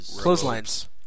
Clotheslines